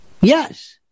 Yes